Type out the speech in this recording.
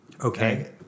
Okay